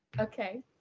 Okay